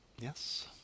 Yes